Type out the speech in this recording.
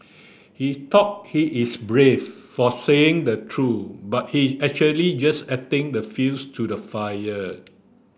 he thought he is brave for saying the true but he actually just adding the fuels to the fire